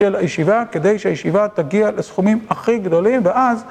של הישיבה כדי שהישיבה תגיע לסכומים הכי גדולים ואז